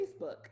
Facebook